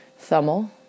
Thummel